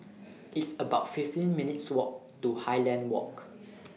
It's about fifteen minutes' Walk to Highland Walk